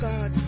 God